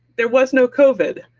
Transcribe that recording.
there was no covid.